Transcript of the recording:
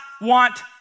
want